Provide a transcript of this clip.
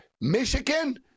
Michigan